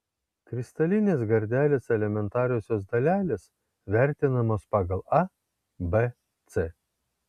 kristalinės gardelės elementariosios dalelės vertinamos pagal a b c